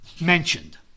mentioned